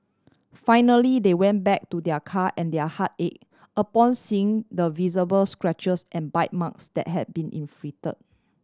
finally they went back to their car and their heart ache upon seeing the visible scratches and bite marks that had been inflict